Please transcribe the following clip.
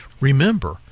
Remember